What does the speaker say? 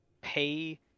pay